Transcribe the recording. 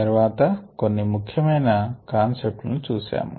తర్వాత కొన్ని ముఖ్యమైన కాన్సెప్ట్ లను చూశాము